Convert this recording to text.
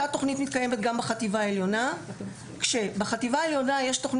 אותה תוכנית מתקיימת גם בחטיבה העליונה שבה יש תוכנית